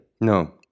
No